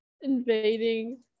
Invading